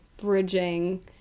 bridging